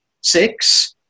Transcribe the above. Six